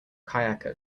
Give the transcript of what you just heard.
kayaker